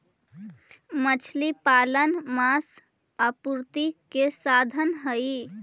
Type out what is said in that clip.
मछली पालन मांस आपूर्ति के साधन हई